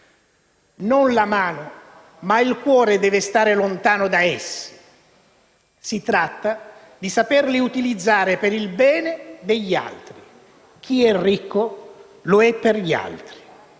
Non la mano, ma il cuore deve stare lontano da essi. Si tratta di saperli utilizzare per il bene degli altri. Chi è ricco lo è per gli altri.